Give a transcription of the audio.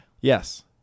Yes